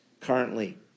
Currently